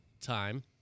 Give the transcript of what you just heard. time